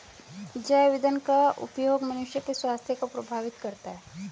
जैव ईंधन का उपयोग मनुष्य के स्वास्थ्य को प्रभावित करता है